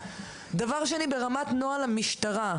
דבר שני ברמת נוהל המשטרה,